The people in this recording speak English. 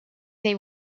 they